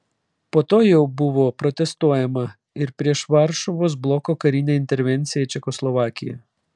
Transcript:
po to jau buvo protestuojama ir prieš varšuvos bloko karinę intervenciją į čekoslovakiją